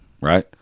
Right